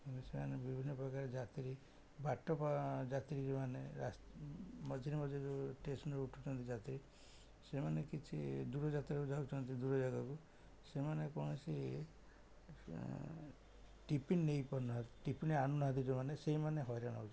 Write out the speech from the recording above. ସେମାନେ ବିଭିନ୍ନ ପ୍ରକାର ଯାତ୍ରୀ ବାଟ ଯାତ୍ରୀ ଯେଉଁମାନେ ମଝିରେ ମଝିରେ ଯେଉଁ ଷ୍ଟେସନରେ ଉଠନ୍ତି ଯାତ୍ରୀ ସେମାନେ କିଛି ଦୂର ଯାତ୍ରୀକୁ ଯାଉଛନ୍ତି ଦୂର ଜାଗାକୁ ସେମାନେ କୌଣସି ଟିଫିନ୍ ନେଇପାରୁନାହାନ୍ତି ଟିଫିନ୍ ଆଣୁନାହାନ୍ତି ଯେଉଁମାନେ ସେଇମାନେ ହଇରାଣ ହେଉଛନ୍ତି